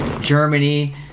Germany